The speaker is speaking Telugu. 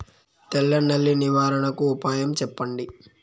తెల్ల నల్లి నివారణకు ఉపాయం చెప్పండి?